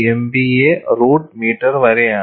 75 MPa root metre വരെയാണ്